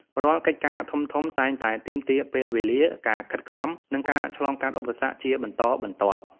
រាល់កិច្ចការធំៗតែងតែទាមទារពេលវេលា ការខិតខំ និងការឆ្លងកាត់ឧបសគ្គជាបន្តបន្ទាប់។